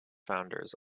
founders